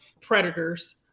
predators